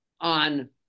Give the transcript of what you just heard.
on